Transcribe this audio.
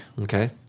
Okay